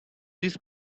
these